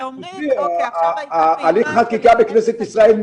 הליך החקיקה בכנסת ישראל,